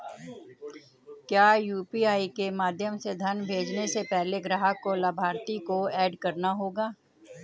क्या यू.पी.आई के माध्यम से धन भेजने से पहले ग्राहक को लाभार्थी को एड करना होगा?